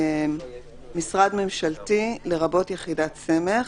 "משרד ממשלתי" לרבות יחידת סמך,